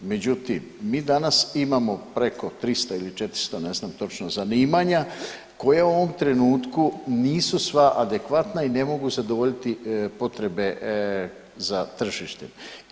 Međutim, mi danas imamo preko 300 ili 400 ne znam točno zanimanja koja u ovom trenutku nisu sva adekvatna i ne mogu se dogoditi potrebe za tržištem.